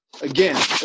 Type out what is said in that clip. again